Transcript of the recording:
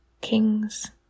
kings